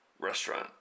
restaurant